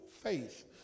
faith